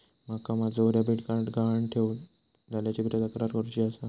माका माझो debit card गहाळ झाल्याची तक्रार करुची आसा